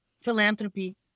philanthropy